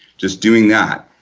just doing that.